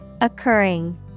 Occurring